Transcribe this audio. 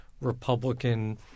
Republican